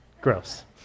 Gross